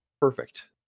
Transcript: perfect